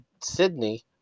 Sydney